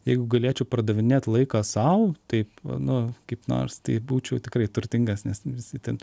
jeigu galėčiau pardavinėt laiką sau taip nu kaip nors tai būčiau tikrai turtingas nes visi ten